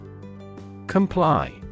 Comply